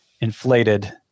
inflated